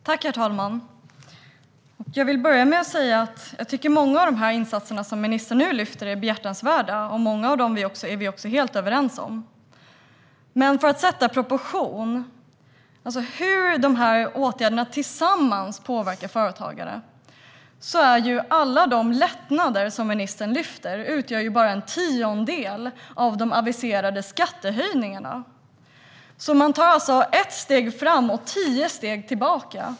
Herr talman! Jag vill börja med att säga att jag tycker att många av insatserna som ministern nu lyfter fram är behjärtansvärda. Många av dem är vi också helt överens om. Men för att sätta detta i proportion, alltså titta på hur åtgärderna tillsammans påverkar företagare: Alla de lättnader som ministern lyfter fram utgör bara en tiondel av de aviserade skattehöjningarna. Man tar alltså ett steg fram och tio steg tillbaka.